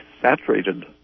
saturated